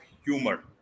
humor